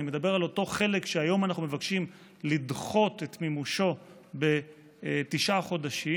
אני מדבר על אותו חלק שהיום אנחנו מבקשים לדחות את מימושו בתשעה חודשים,